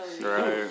Right